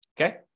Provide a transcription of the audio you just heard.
Okay